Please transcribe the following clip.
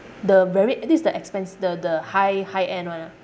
the very this is the expens~ the the high high end one ah